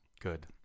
Good